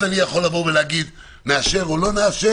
אז אני יכול לבוא ולהגיד: נאשר או לא נאשר.